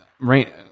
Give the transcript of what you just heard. right